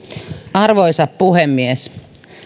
arvoisa puhemies